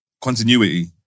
continuity